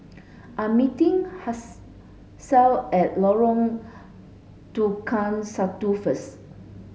I'm meeting Hasel at Lorong Tukang Satu first